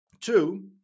Two